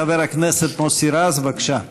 חבר הכנסת מוסי רז, בבקשה.